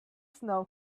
snow